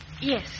Yes